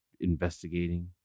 Investigating